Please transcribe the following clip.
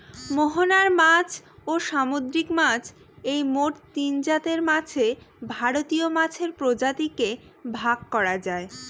মোহনার মাছ, ও সামুদ্রিক মাছ এই মোট তিনজাতের মাছে ভারতীয় মাছের প্রজাতিকে ভাগ করা যায়